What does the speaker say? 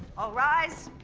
ah rise!